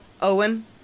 Owen